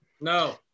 No